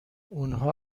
اونها